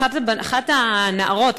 אחת הנערות,